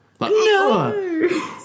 No